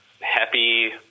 happy